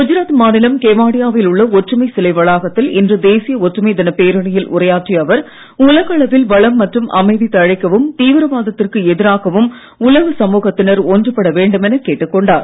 குஜராத் மாநிலம் கெவாடியாவில் உள்ள ஒற்றுமை சிலை வளாகத்தில் இன்று தேசிய ஒற்றுமை தின பேரணியில் உரையாற்றிய அவர் உலக அளவில் வளம் மற்றும் அமைதி தழைக்கவும் தீவிரவாதத்திற்கு எதிராகவும் உலக சமூகத்தினர் ஒன்றுபட வேண்டும் எனக் கேட்டுக் கொண்டார்